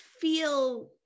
feel